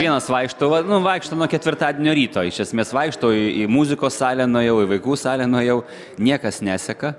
vienas vaikštau nu vaikštau nuo ketvirtadienio ryto iš esmės vaikštau į į muzikos salę nuėjau į vaikų salę nuėjau niekas neseka